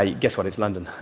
ah guess what? it's london.